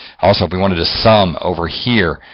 also if we wanted to sum over here,